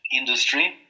industry